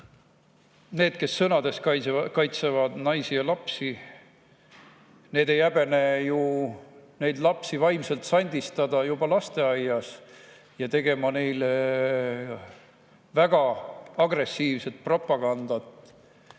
need, kes sõnades kaitsevad naisi ja lapsi, need ei häbene ju neid lapsi vaimselt sandistada juba lasteaias ja teha neile väga agressiivset propagandat